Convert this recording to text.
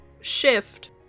shift